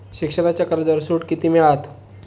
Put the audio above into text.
शिक्षणाच्या कर्जावर सूट किती मिळात?